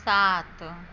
सात